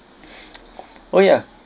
oh ya